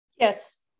Yes